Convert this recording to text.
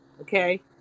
okay